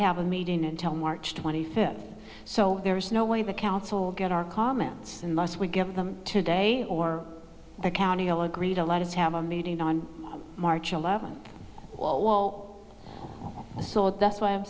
have a meeting until march twenty fifth so there is no way the council will get our comments must we give them today or the county all agree to let us have a meeting on march eleventh so that's why i'm